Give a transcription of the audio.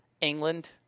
England